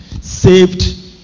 saved